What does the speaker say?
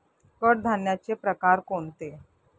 कडधान्याचे प्रकार कोणते?